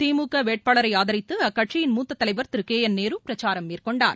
திமுக வேட்பாளரை ஆதரித்து அக்கட்சியின் மூத்த தலைவர் திரு கே என் நேரு பிரச்சாரம் மேற்கொண்டார்